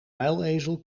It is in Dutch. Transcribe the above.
muilezel